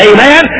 Amen